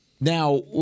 Now